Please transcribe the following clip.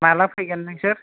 माब्ला फैगोन नोंसोर